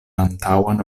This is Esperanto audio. antaŭan